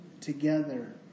together